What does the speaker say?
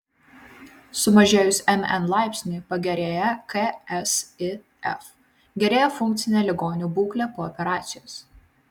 sumažėjus mn laipsniui pagerėja ksif gerėja funkcinė ligonių būklė po operacijos